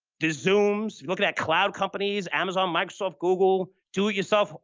the zooms, you're looking at cloud companies, amazon, microsoft, google, do-it-yourself